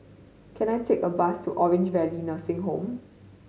can I take a bus to Orange Valley Nursing Home